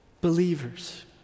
believers